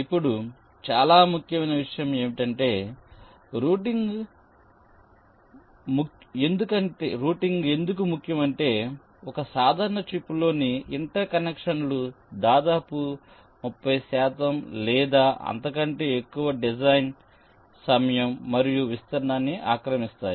ఇప్పుడు చాలా ముఖ్యమైన విషయం ఏమిటంటే రూటింగ్ ముఖ్యం ఎందుకంటే ఒక సాధారణ చిప్లోని ఇంటర్ కనెక్షన్లు దాదాపు 30 శాతం లేదా అంతకంటే ఎక్కువ డిజైన్ సమయం మరియు విస్తీర్ణాన్నిఆక్రమిస్తాయి